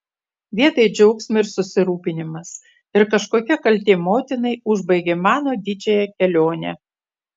vietoj džiaugsmo ir susirūpinimas ir kažkokia kaltė motinai užbaigė mano didžiąją kelionę